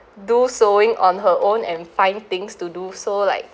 do sewing on her own and find things to do so like